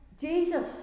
Jesus